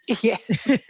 Yes